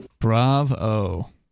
Bravo